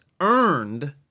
earned